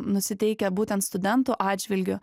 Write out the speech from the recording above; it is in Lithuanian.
nusiteikę būtent studentų atžvilgiu